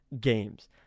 games